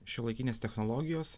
šiuolaikinės technologijos